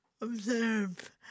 observe